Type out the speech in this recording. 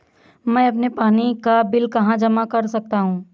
मैं अपने पानी का बिल कहाँ जमा कर सकता हूँ?